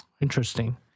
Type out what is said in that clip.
Interesting